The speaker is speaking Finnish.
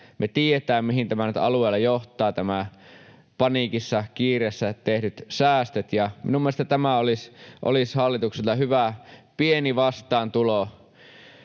Me tiedetään, mihin alueille johtavat nyt nämä paniikissa ja kiireessä tehdyt säästöt, ja mielestäni tämä olisi hallitukselta hyvä pieni vastaantulo.